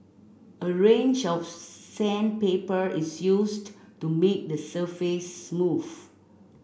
a range of sandpaper is used to make the surface smooth